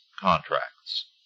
contracts